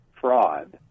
fraud